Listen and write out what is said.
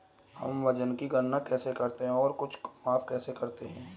हम वजन की गणना कैसे करते हैं और कुछ माप कैसे करते हैं?